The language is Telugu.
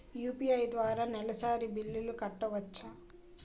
యు.పి.ఐ ద్వారా నెలసరి బిల్లులు కట్టవచ్చా?